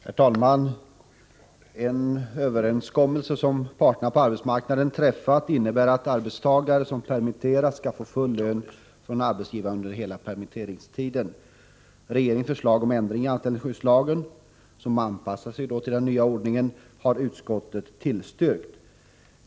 Herr talman! En överenskommelse som parterna på arbetsmarknaden träffat innebär att arbetstagare som permitteras skall få full lön från arbetsgivaren under hela permitteringstiden. Regeringens förslag om ändring i anställningsskyddslagen, som anpassar denna till den nya ordningen, har utskottet tillstyrkt.